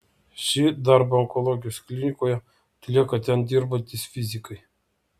šį darbą onkologijos klinikoje atlieka ten dirbantys fizikai